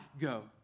go